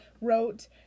wrote